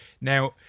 Now